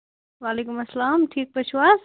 وعلیکُم اسَلام ٹھیٖک پٲٹھۍ چھِو حظ